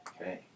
Okay